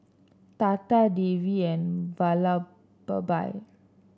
Tata Devi and Vallabhbhai